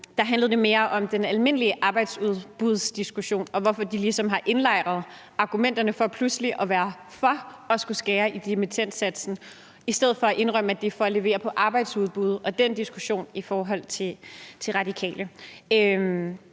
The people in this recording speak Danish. handlede det mere om den almindelige arbejdsudbudsdiskussion, og hvorfor de ligesom har indlejret argumenterne for pludselig at være for at skulle skære i dimittendsatsen i stedet for at indrømme, at det er for at levere på arbejdsudbuddet, og den diskussion i forhold til Radikale.